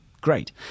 great